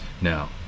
now